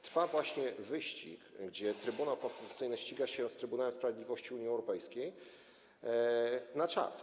Trwa właśnie wyścig, w którym Trybunał Konstytucyjny ściga się z Trybunałem Sprawiedliwości Unii Europejskiej na czas.